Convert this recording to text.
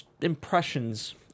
impressions